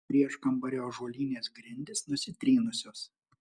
prieškambario ąžuolinės grindys nusitrynusios